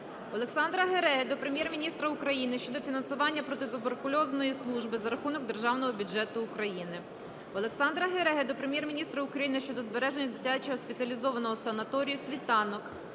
Олександра Гереги до Прем'єр-міністра України щодо фінансування протитуберкульозної служби за рахунок Державного бюджету України. Олександра Гереги до Прем'єр-міністра України щодо збереження дитячого спеціалізованого санаторію "Світанок"